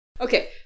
okay